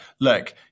look